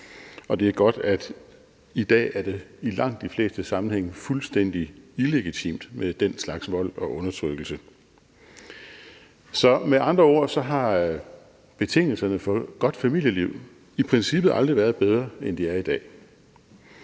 og det er godt, at det i dag i langt de fleste sammenhænge er fuldstændig illegitimt med den slags vold og undertrykkelse. Med andre ord har betingelserne for et godt familieliv i princippet aldrig været bedre, end de er i dag.